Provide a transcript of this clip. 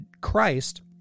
Christ